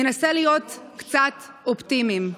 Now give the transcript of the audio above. ננסה להיות קצת אופטימיים.